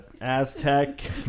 Aztec